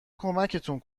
کمکتون